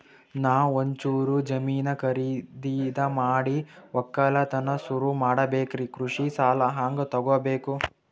ನಾ ಒಂಚೂರು ಜಮೀನ ಖರೀದಿದ ಮಾಡಿ ಒಕ್ಕಲತನ ಸುರು ಮಾಡ ಬೇಕ್ರಿ, ಕೃಷಿ ಸಾಲ ಹಂಗ ತೊಗೊಬೇಕು?